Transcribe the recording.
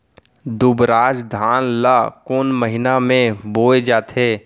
दुबराज धान ला कोन महीना में बोये जाथे?